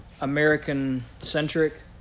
American-centric